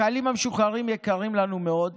החיילים המשוחררים יקרים לנו מאוד